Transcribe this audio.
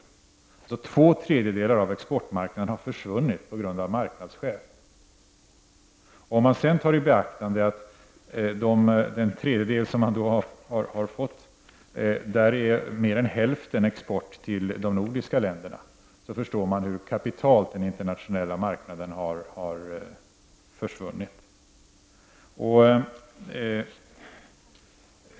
Två tredjedelar av exportmarknaden har alltså försvunnit av marknadsskäl. Om man sedan beaktar den tredjedel som man fått, och där är mer än hälften export till de nordiska länderna, förstår man att den internationella marknaden kapitalt har försvunnit.